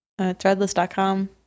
threadless.com